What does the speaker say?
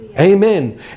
Amen